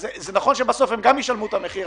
אז נכון שבסוף הם גם ישלמו את המחיר,